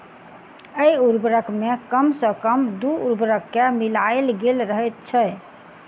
एहि उर्वरक मे कम सॅ कम दू उर्वरक के मिलायल गेल रहैत छै